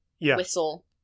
whistle